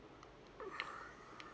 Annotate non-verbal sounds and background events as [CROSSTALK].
[BREATH]